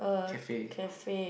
cafe